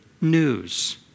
news